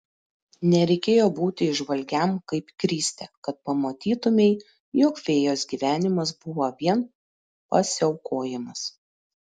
nereikėjo būti įžvalgiam kaip kristė kad pamatytumei jog fėjos gyvenimas buvo vien pasiaukojimas